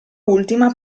ultima